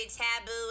taboo